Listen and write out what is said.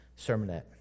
sermonette